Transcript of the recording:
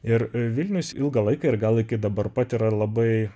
ir vilnius ilgą laiką ir gal iki dabar pat yra labai